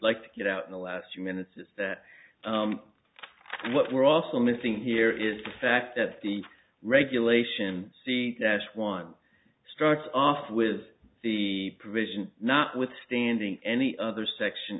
like to get out in the last few minutes is that what we're also missing here is the fact that the regulation c last one starts off with the provision notwithstanding any other section